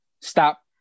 stop